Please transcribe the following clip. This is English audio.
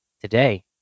Today